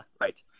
right